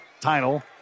title